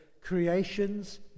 creation's